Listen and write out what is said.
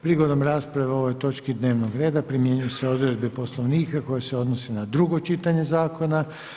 Prigodom rasprave o ovoj točki dnevnog reda primjenjuju se odredbe Poslovnika koje se odnose na drugo čitanje zakona.